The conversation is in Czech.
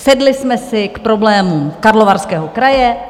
Sedli jsme si k problémům Karlovarského kraje.